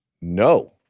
no